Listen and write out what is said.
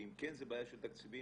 ואם כן זו בעיה של תקציבים,